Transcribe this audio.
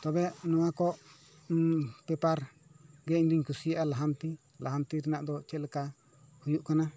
ᱛᱚᱵᱮ ᱱᱚᱣᱟ ᱠᱚ ᱯᱮᱯᱟᱨ ᱜᱮ ᱤᱧ ᱫᱩᱧ ᱠᱩᱥᱤᱭᱟᱜᱼᱟ ᱞᱟᱦᱟᱱᱛᱤ ᱞᱟᱦᱟᱱᱛᱤ ᱨᱮᱱᱟᱜ ᱫᱚ ᱪᱮᱫ ᱞᱮᱠᱟ ᱦᱩᱭᱩᱜ ᱠᱟᱱᱟ